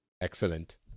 excellent